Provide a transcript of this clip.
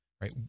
right